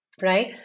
Right